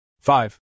Five